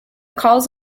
cause